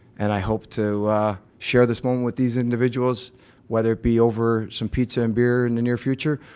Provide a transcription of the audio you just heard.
and i hope to share this moment with these individuals whether it be over some pizza and beer in the near future,